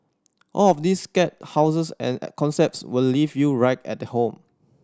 all of these scare houses and concepts will leave you right at home